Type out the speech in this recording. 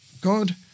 God